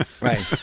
Right